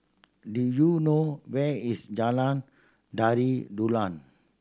do you know where is Jalan Tari Dulang